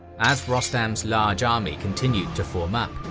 as rostam's large army continued to form up,